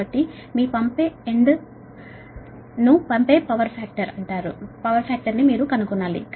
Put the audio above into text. కాబట్టి మీ పంపే ఎండ్ యొక్క పవర్ ఫాక్టర్ ని మీరు కనుగొనాలి